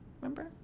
Remember